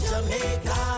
Jamaica